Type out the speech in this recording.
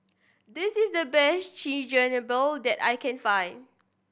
this is the best Chigenabe that I can find